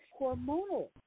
hormonal